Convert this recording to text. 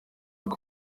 bwo